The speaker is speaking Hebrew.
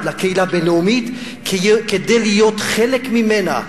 לקהילה הבין-לאומית כדי להיות חלק ממנה.